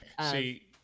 See